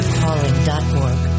calling.org